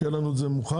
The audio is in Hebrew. שיהיה לנו את זה מוכן